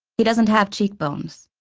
he doesn't have cheekbones.